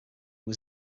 was